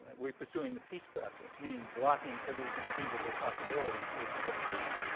we're pursuing the peace process, meaning blocking every conceivable possibility to get peace.